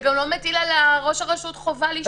זה גם לא מטיל על ראש הרשות חובה לשקול עיון מחדש.